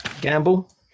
gamble